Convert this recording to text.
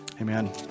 Amen